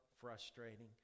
frustrating